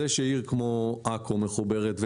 זה שעיר כמו עכו מחוברת,